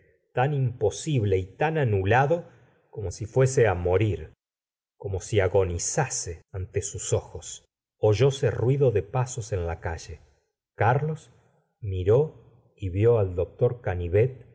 tan impos ble y tan a nulado como si fuese á morir como si agonizase ante sus ojos oyóse ruido de pasos en la calle carlos miró y vió al doctor